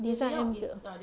design and built ah